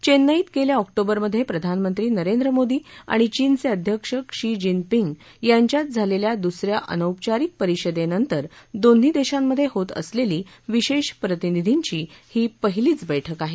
चेन्नईत गेल्या ऑन प्रिमध्ये प्रधानमंत्री नरेंद्र मोदी आणि चीनचे अध्यक्ष क्षी जीनपिंग यांच्यात झालेल्या दूस या अनौपचारिक परिषदेनंतर दोन्ही देशांमध्ये होत असलेली विशेष प्रतिनिधींची ही पहिलीच बैठक आहे